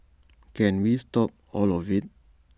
can we stop all of IT